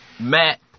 Matt